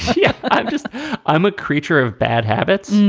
yeah i'm just i'm a creature of bad habits